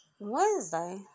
Wednesday